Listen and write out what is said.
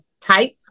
type